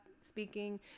speaking